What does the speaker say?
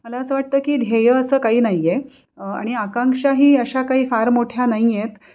मला असं वाटतं की ध्येय असं काही नाही आहे आणि आकांक्षाही अशा काही फार मोठ्या नाही आहेत